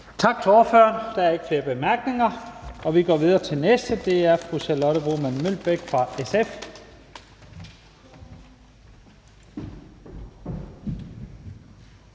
Tak til ordføreren. Der er ikke flere korte bemærkninger. Vi går videre til den næste, og det er fru Charlotte Broman Mølbæk fra SF.